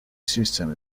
system